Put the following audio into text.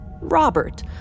Robert